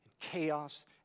chaos